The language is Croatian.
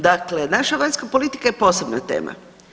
Dakle naša vanjska politika je posebna tema.